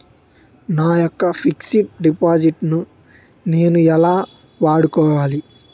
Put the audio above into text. నా యెక్క fixed deposit ను నేను ఎలా వాడుకోవాలి?